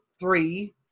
three